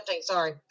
sorry